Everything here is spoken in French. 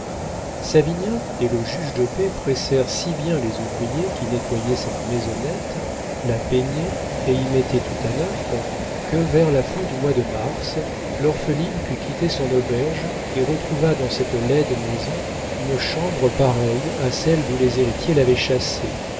savinien et le juge de paix pressèrent si bien les ouvriers qui nettoyaient cette maisonnette la peignaient et y mettaient tout à neuf que vers la fin du mois de mars l'orpheline put quitter son auberge et retrouva dans cette laide maison une chambre pareille à celle d'où les héritiers l'avaient chassée